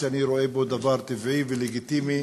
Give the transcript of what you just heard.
שאני רואה בו דבר טבעי ולגיטימי.